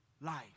life